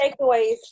takeaways